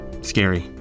scary